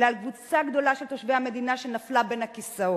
אלא על קבוצה שלמה של תושבי המדינה שנפלה בין הכיסאות.